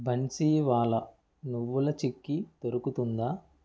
బన్సీవాలా నువ్వుల చిక్కీ దొరుకుతుందా